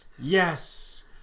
Yes